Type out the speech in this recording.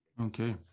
Okay